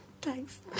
Thanks